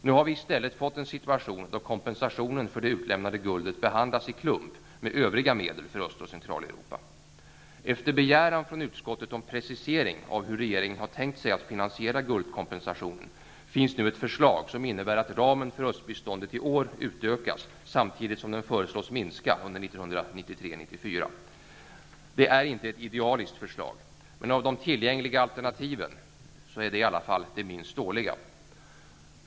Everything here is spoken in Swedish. Nu har vi i stället fått en situation då kompensationen för det utlämnade guldet behandlas i en klump med övriga medel för Efter begäran från utskottet om precisering av hur regeringen har tänkt sig att finansiera guldkompensationen, finns nu ett förslag som innebär att ramen för östbiståndet i år utökas, samtidigt som den föreslås minska under 1993/94. Det är inte ett idealiskt förslag, men av de tillgängliga alternativen är det i varje fall det minst dåliga.